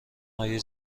های